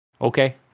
Okay